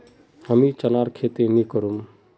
हमीं चनार खेती नी करुम